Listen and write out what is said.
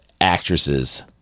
actresses